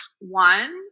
one